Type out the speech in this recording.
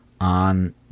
on